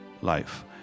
life